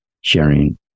sharing